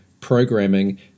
programming